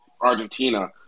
Argentina